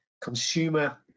consumer